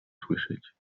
słyszeć